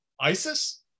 ISIS